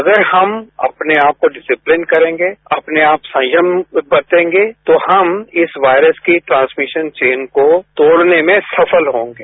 अगर हम अपने आप को डिसिप्लिन करेंगे अपने आप संयम बरतेंगे तो हम इस वायरस की ट्रांसमिशन चौन को तोड़ने में सफल होंगे